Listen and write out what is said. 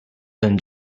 than